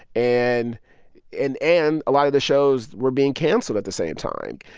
and and and a lot of the shows were being canceled at the same time.